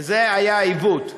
וזה היה העיוות,